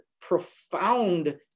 profound